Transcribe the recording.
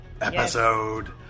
episode